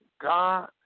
God